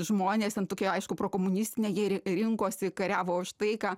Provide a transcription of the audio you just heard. žmonės ten tokie aišku prokomunistinę jėrį rinkosi kariavo už taiką